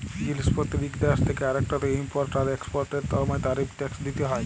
জিলিস পত্তের ইক দ্যাশ থ্যাকে আরেকটতে ইমপরট আর একসপরটের সময় তারিফ টেকস দ্যিতে হ্যয়